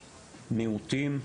מיעוטים.